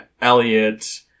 Elliot